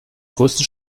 größten